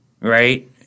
right